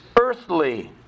earthly